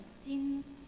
sins